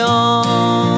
on